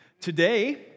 Today